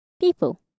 people